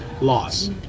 loss